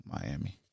Miami